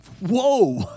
Whoa